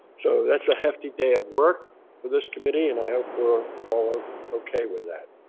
so, that's a hefty day of work for this committee and i hope we're all ah okay with that.